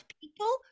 people